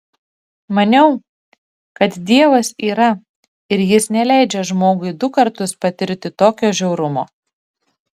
maniau kad dievas yra ir jis neleidžia žmogui du kartus patirti tokio žiaurumo